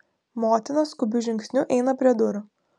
motina skubiu žingsniu eina prie durų